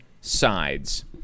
sides